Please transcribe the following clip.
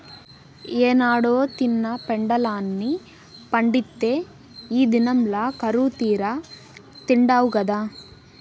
ఏనాడో తిన్న పెండలాన్ని పండిత్తే ఈ దినంల కరువుతీరా తిండావు గదా